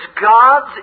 God's